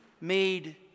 made